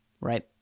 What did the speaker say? right